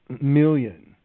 million